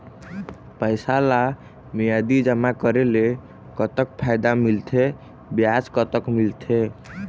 पैसा ला मियादी जमा करेले, कतक फायदा मिलथे, ब्याज कतक मिलथे?